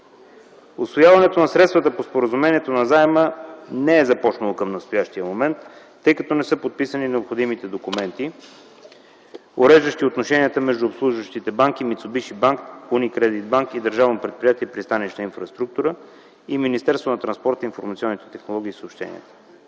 Усвояването на средствата по споразумението на заема не е започнало към настоящия момент, тъй като не са подписани необходимите документи, уреждащи отношенията между обслужващите банки – „Мицубиши банк”, „Уникредит банк” и Държавно предприятие „Пристанищна инфраструктура”, и Министерството на транспорта, информационните технологии и съобщенията.